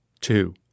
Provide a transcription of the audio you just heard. two